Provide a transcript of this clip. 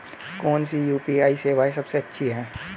कौन सी यू.पी.आई सेवा सबसे अच्छी है?